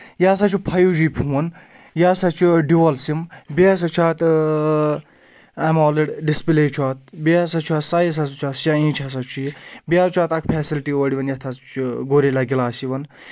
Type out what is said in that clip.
یہِ ہَسا چھُ فایِو جی فون یہِ ہَسا چھُ ڈِوَل سِم بیٚیہِ ہَسا چھُ اَتھ ایمولڈ ڈِسپٕلے چھُ اَتھ بیٚیہِ ہَسا چھُ اَتھ سایز ہَسا چھُ اَتھ شاینَنگ ہَسا چھُ یہِ بیٚیہِ حظ چھُ اَتھ اَکھ فیسَلٹی اورِ یِوان یَتھ ہَسا چھُ گوریلا گِلاس یِوان